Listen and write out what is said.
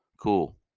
Cool